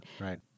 right